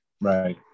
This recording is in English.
right